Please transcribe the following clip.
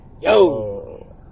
Yo